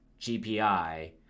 gpi